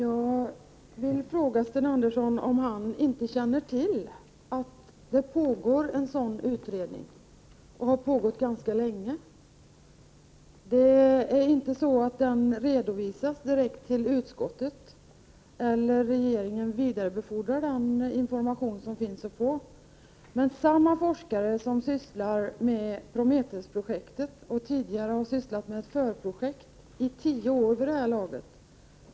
Herr talman! Känner inte Sten Andersson till att det pågår en bilsocial utredning sedan ganska länge? Den redovisas inte direkt till utskottet, och regeringen vidarebefordrar inte heller den information som finns att få. Men samma forskare som sysslar med Prometheusprojektet har tidigare sysslat med ett förprojekt — i tio år vid det här laget.